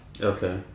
Okay